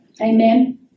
Amen